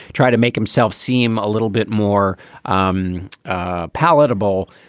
try to make himself seem a little bit more um ah palatable.